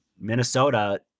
Minnesota